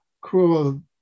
cruel